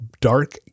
dark